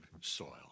soil